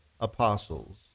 apostles